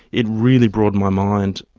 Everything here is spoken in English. it really broadened my mind.